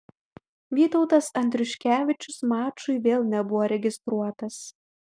vytautas andriuškevičius mačui vėl nebuvo registruotas